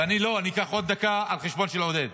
ואני אקח עוד דקה על החשבון של עודד.